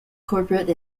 corporate